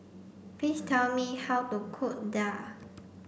please tell me how to cook Daal